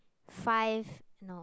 five no